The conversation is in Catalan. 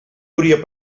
hauria